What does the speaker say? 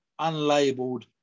unlabeled